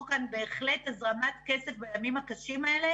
על הסוגיה כשכבר בדוח העצמי אותו נישום מקיים את החוק.